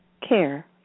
care